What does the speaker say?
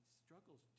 struggles